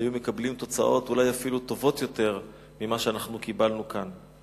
היו מקבלים תוצאות אולי אפילו טובות יותר ממה שקיבלנו כאן.